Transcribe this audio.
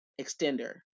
extender